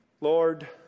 Lord